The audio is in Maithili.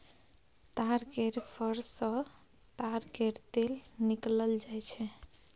ताड़ केर फर सँ ताड़ केर तेल निकालल जाई छै